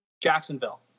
Jacksonville